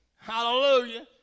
Hallelujah